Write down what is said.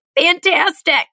fantastic